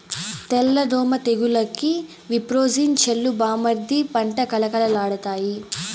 తెల్ల దోమ తెగులుకి విప్రోజిన్ చల్లు బామ్మర్ది పంట కళకళలాడతాయి